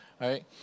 right